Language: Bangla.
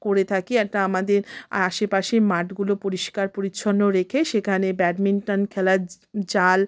করে থাকি একটা আমাদের আশেপাশে মাঠগুলো পরিষ্কার পরিচ্ছন্ন রেখে সেখানে ব্যাডমিন্টন খেলার জাল